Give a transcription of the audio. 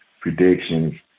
predictions